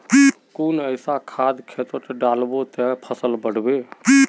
कुन ऐसा खाद खेतोत डालबो ते फसल बढ़बे?